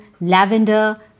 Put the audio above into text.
lavender